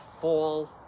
fall